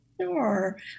Sure